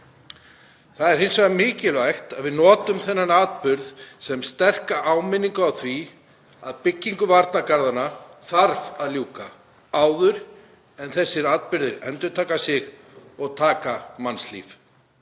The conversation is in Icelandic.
Það er hins vegar mikilvægt að við notum þennan atburð sem sterka áminningu um að byggingu varnargarðanna þarf að ljúka áður en þessir atburðir endurtaka sig og taka mannslíf.